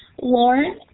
Lauren